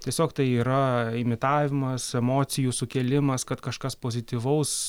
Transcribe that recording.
tiesiog tai yra imitavimas emocijų sukėlimas kad kažkas pozityvaus